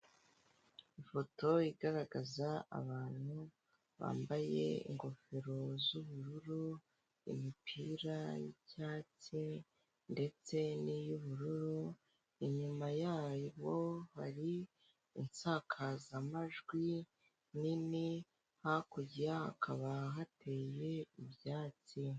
Ifoto igaragaza abantu bambaye ingofero z’ubururu, imipira y’icyatsi, ndetse ni y’ ubururu inyuma yabo hari insakazamajwi nini , hakurya hakaba hateye ibyatsi.